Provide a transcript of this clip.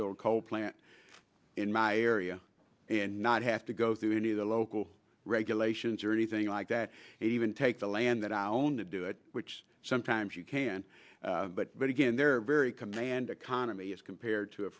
build a coal plant in my area and not have to go through any of the local regulations or anything like that even take the land that i own to do it which sometimes you can't but again they're very command economy as compared to a